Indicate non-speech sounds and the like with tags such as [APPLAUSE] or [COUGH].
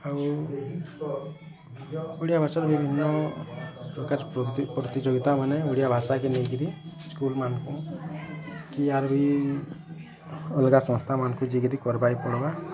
ଆଉ ଓଡ଼ିଆ ଭାଷା ବିଭିନ୍ନ ପ୍ରକାର ପ୍ରତିଯୋଗିତା ମାନେ ଓଡ଼ିଆ ଭାଷା କେ ନେଇକିରି ସ୍କୁଲ୍ ମାନଙ୍କୁ କି ଆହୁରି ଅଲଗା ସଂସ୍ଥା ମାନକୁ [UNINTELLIGIBLE] କର୍ବାକେ ପଡ଼୍ବା